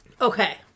Okay